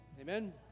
Amen